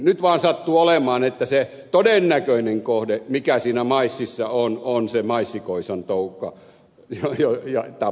nyt vaan sattuu olemaan niin että se todennäköinen kohde mikä siinä maississa on on se maissikoisan toukka ja se tappaa sitten sen pois siitä